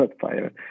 fire